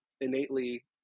innately